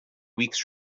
weeks